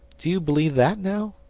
do you believe that now?